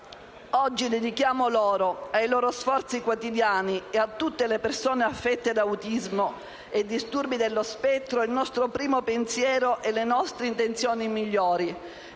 Oggi dedichiamo loro, ai loro sforzi quotidiani e a tutte le persone affette da autismo e disturbi dello spettro il nostro primo pensiero e le nostre intenzioni migliori.